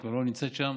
היא כבר לא נמצאת שם.